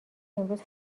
امروز